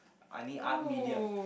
I need art medium